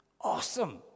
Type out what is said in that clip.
Awesome